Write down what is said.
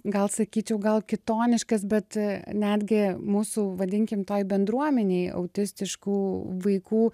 gal sakyčiau gal kitoniškas bet netgi mūsų vadinkim toj bendruomenėj autistiškų vaikų